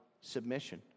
submission